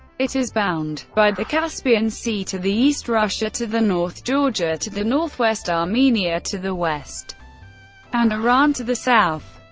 it is bound by the caspian sea to the east, russia to the north, georgia to the northwest, armenia to the west and iran to the south.